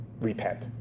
Repent